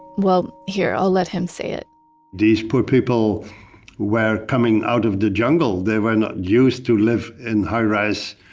well, here, i'll let him say it these poor people were coming out of the jungle. they were not used to live in high-rise,